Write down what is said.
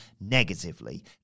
negatively